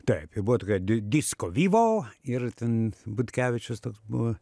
taip i buvo tokia di disko vivo ir ten butkevičius toks buvo